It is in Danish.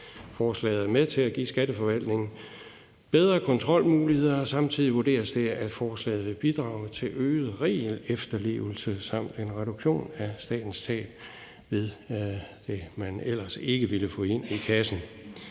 Forslaget er med til at give skatteforvaltningen bedre kontrolmuligheder, og samtidig vurderes det, at forslaget vil bidrage til øget regelefterlevelse samt en reduktion af statens tab af penge, man ellers ikke ville have fået ind i kassen.